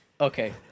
Okay